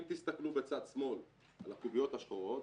אם תסתכלו בצד שמאל על הקוביות השחורות,